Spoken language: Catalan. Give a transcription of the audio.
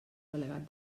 delegat